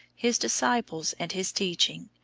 his disciples and his teaching,